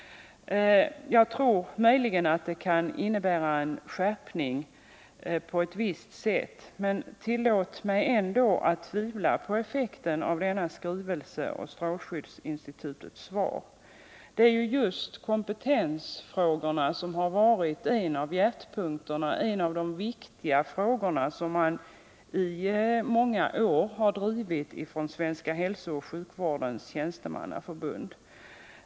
Jag tror möjligen att detta kan innebära en skärpning på ett visst sätt, men tillåt mig ändå att tvivla på effekten av denna skrivelse och strålskyddsinstitutets svar. Just kompetensfrågorna har varit bland de viktiga frågor som under många år har drivits från Svenska hälsooch sjukvårdens tjänstemannaförbund.